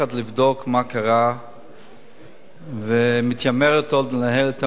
מה קרה ומתיימרת עוד לנהל את המדינה,